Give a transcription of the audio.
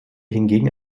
hingegen